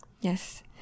Yes